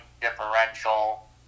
differential